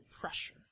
pressure